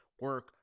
Work